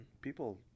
people